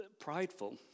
prideful